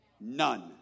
None